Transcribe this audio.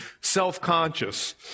self-conscious